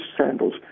sandals